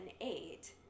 eight